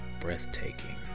breathtaking